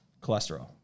cholesterol